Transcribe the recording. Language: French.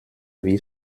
vie